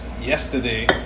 yesterday